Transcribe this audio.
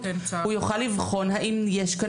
הוא יוכל לבחון האם יש כאן